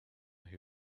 who